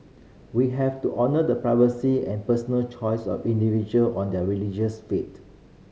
we have to honour the privacy and personal choice of individual on their religious faith